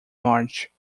march